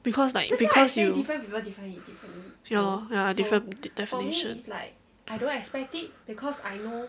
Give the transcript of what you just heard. because like because you ya loh ya different definition